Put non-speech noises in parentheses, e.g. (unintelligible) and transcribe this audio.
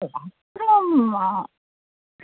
(unintelligible)